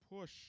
push